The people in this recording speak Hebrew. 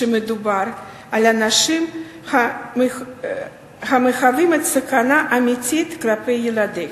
כשמדובר על אנשים המהווים סכנה אמיתית כלפי ילדיהם.